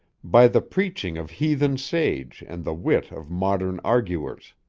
by the preaching of heathen sage and the wit of modern arguers.